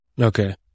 okay